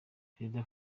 perezida